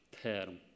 term